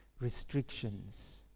restrictions